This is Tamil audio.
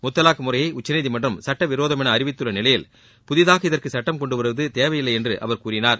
முத்தலாக முறையை உச்சநீதிமன்றம் சுட்டவிரோதம் என அறிவித்துள்ள நிலையில் புதிதாக இதற்கு சுட்டம் கொண்டுவருவது தேவையில்லை என்றும் அவர் கூறினார்